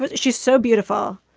but she's so beautiful.